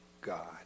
God